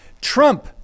Trump